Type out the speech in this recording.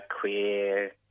queer